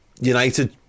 United